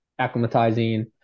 acclimatizing